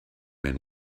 men